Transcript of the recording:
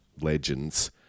legends